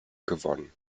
gewonnen